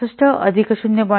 65 अधिक 0